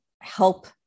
help